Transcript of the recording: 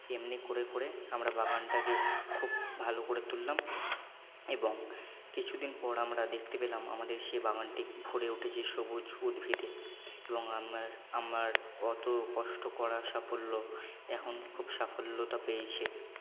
এমনি করে করে আমরা বাগানটাকে খুব ভালো করে তুললাম এবং কিছুদিন পর আমরা দেখতে পেলাম আমাদের সেই বাগানটি ভরে উঠেছে সবুজ উদ্ভিদে এবং আমার আমার অত কষ্ট করা সাফল্য এখন খুব সফলতা পেয়েছে